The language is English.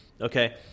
Okay